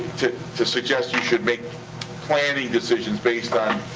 to suggest you should make planning decisions based on,